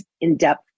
in-depth